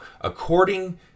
according